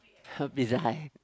Pizza-Hut